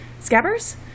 Scabbers